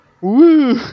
Woo